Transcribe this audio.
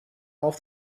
off